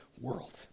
world